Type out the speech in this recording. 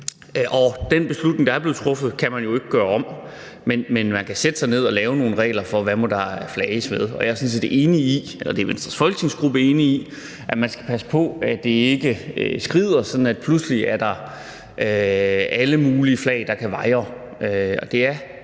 Den beslutning, der er blevet truffet, kan man jo ikke gøre om, men man kan sætte sig ned og lave nogle regler for, hvad der må flages med. Jeg er sådan set enig i – og det er Venstres folketingsgruppe enig i – at man skal passe på, at det ikke skrider, så der pludselig er alle mulige flag, der kan vaje